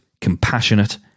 compassionate